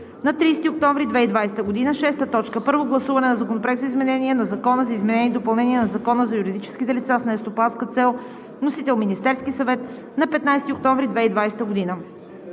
на 30 октомври 2020 г. 6. Първо гласуване на Законопроекта за изменение на Закона за изменение и допълнение на Закона за юридическите лица с нестопанска цел. Вносител – Министерският съвет, на 15 октомври 2020 г.